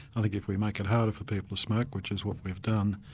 like if we make it harder for people to smoke, which is what we've done,